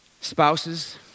Spouses